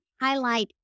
highlight